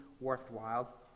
worthwhile